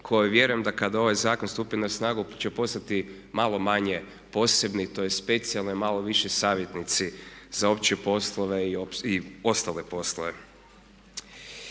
koje vjerujem da kada ovaj zakon stupi na snagu će postati malo manje posebni tj. specijalni a malo više savjetnici za opće poslove i ostale poslove.